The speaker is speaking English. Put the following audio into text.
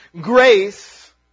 Grace